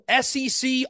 SEC